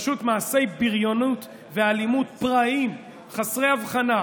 פשוט מעשי בריונות ואלימות פראיים, חסרי הבחנה.